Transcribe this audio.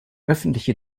öffentliche